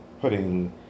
putting